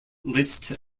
list